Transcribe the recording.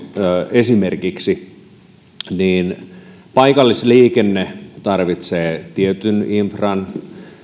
esimerkiksi niin paikallisliikenne tarvitsee tietyn infran